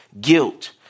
Guilt